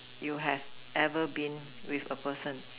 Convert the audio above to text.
you have ever been with a person